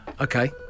Okay